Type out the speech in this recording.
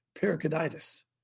pericarditis